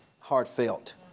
heartfelt